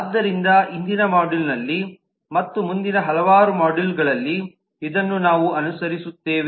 ಆದ್ದರಿಂದ ಇಂದಿನ ಮಾಡ್ಯೂಲ್ನಲ್ಲಿ ಮತ್ತು ಮುಂದಿನ ಹಲವಾರು ಮಾಡ್ಯೂಲ್ಗಳಲ್ಲಿ ಇದನ್ನು ನಾವು ಅನುಸರಿಸುತ್ತೇವೆ